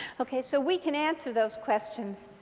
okay, so we can answer those questions,